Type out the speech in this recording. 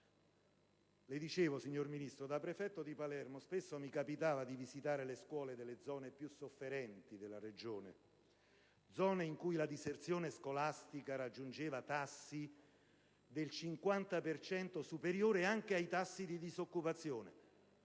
del voto*.* Da prefetto di Palermo spesso mi capitava di visitare le scuole delle zone più sofferenti della Regione, zone in cui la diserzione scolastica raggiungeva tassi del 50 per cento, superiori anche ai tassi di disoccupazione.